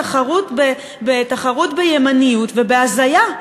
תחרות בימניוּת ובהזיה.